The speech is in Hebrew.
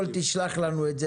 תשלח לנו את זה